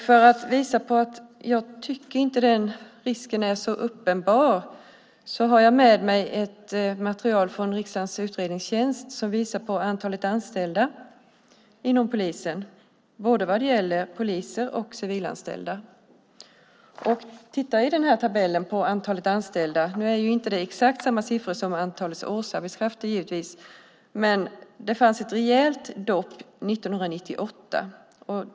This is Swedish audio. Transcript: För att visa att jag inte tycker att den risken är så uppenbar har jag med mig ett utredningsmaterial från riksdagens utredningstjänst. Det visar på antalet anställda inom polisen vad gäller både poliser och civilanställda. Vi kan titta i tabellen på antalet anställda. Nu är det givetvis inte exakt samma siffror som för antalet årsarbetskrafter. Det fanns ett rejält dopp år 1998.